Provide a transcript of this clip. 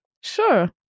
Sure